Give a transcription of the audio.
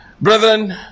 Brethren